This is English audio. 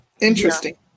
interesting